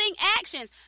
actions